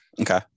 okay